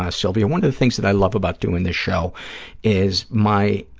ah sylvia. one of the things that i love about doing this show is my,